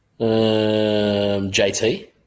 jt